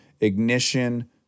ignition